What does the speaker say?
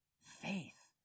faith